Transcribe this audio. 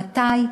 מתי,